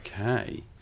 Okay